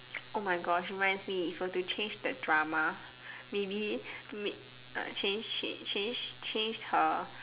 oh my gosh reminds me if were to change the drama maybe may err change she change change her